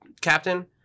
captain